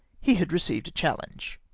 he had received a challenge!